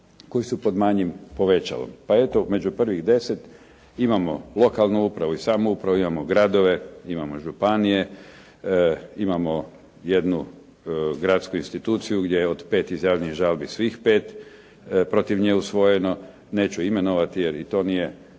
koji su pod manjim povećalom. Pa eto među prvih deset imamo lokalnu upravu i samoupravu, imamo gradove, imamo županije, imamo jednu gradsku instituciju gdje je od pet izjavljenih žalbi svih pet protiv nje usvojeno. Neću imenovati jer i to nije